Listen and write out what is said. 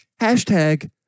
Hashtag